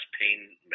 pain